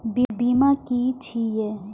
बीमा की छी ये?